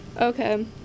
Okay